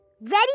Ready